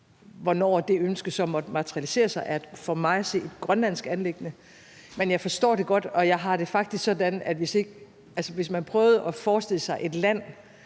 Hvornår det ønske så måtte materialisere sig, er for mig at se et grønlandsk anliggende, men jeg forstår det godt. Jeg har det faktisk sådan, at hvis man prøvede at forestille sig et land